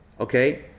okay